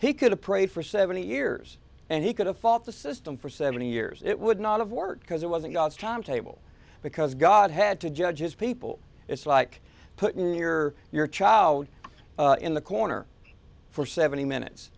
he could have prayed for seventy years and he could have fought the system for seventy years it would not have worked because it wasn't god's timetable because god had to judge his people it's like putting your your child in the corner for seventy minutes